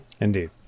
indeed